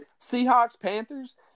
Seahawks-Panthers